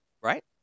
right